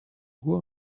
who